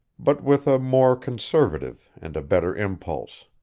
but with a more conservative and a better impulse.